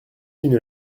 une